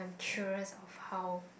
curious of how